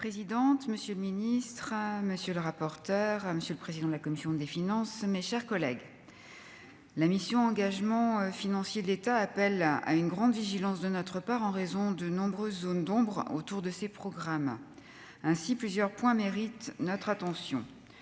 Madame la présidente, monsieur le ministre à monsieur le rapporteur, monsieur le président de la commission des finances, mes chers collègues, la mission Engagements financiers de l'État, appellent à une grande vigilance de notre part en raison de nombreuses zones d'ombre autour de ces programmes ainsi plusieurs points méritent notre attention,